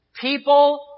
People